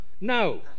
no